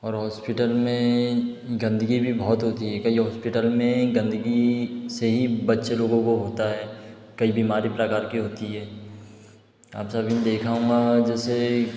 और हौस्पिटल में गंदगी भी बहुत होती है कई हौस्पिटल में गंदगी से ही बच्चे लोगों वो होता है कई बीमारी प्रकार की होती है आप सभी ने देखना होगा आप जैसे